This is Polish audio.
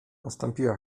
nastąpiła